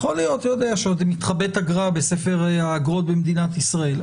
יכול להיות שעוד מתחבאת אגרה בספר האגרות במדינת ישראל.